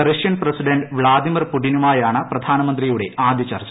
Russian president Vladimir പുടിനുമായാണ് പ്രധാനമന്ത്രിയുടെ ആദ്യ ചർച്ച